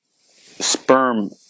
sperm